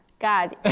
God